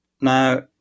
now